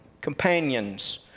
companions